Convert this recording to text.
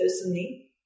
personally